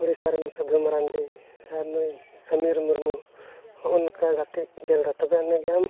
ᱳᱰᱤᱥᱟ ᱨᱮᱱ ᱥᱟᱫᱷᱩ ᱢᱟᱨᱟᱱᱰᱤ ᱟᱨ ᱱᱩᱭ ᱥᱚᱢᱤᱨ ᱢᱩᱨᱢᱩ ᱦᱚᱜᱼᱚᱸᱭ ᱱᱚᱝᱠᱟ ᱜᱟᱹᱛᱤᱡ ᱡᱟᱹᱨᱩᱲᱟ ᱛᱚᱵᱮ ᱟᱹᱱᱤᱡ ᱜᱮ ᱟᱢ